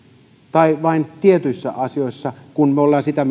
tai vain tietyissä asioissa kun me olemme sitä